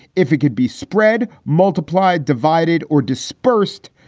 if it could be spread, multiply, divided or dispersed.